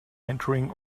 entering